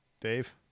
Dave